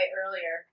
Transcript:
earlier